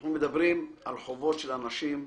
אנחנו מדברים על חובות של אנשים,